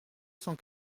cent